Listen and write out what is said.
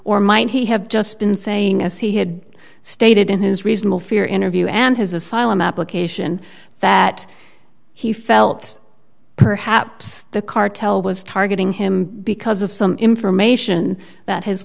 or might he have just been saying as he had stated in his reasonable fear interview and his asylum application that he felt perhaps the cartel was targeting him because of some information that his